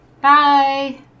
bye